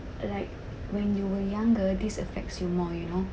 like when you were younger these affects you more you know